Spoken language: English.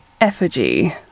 Effigy